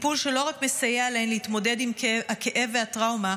טיפול שלא רק מסייע להן להתמודד עם הכאב והטראומה,